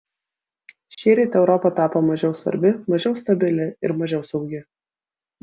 šįryt europa tapo mažiau svarbi mažiau stabili ir mažiau saugi